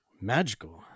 Magical